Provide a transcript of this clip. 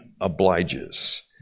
obliges